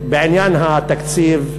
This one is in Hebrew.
בעניין התקציב,